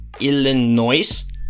Illinois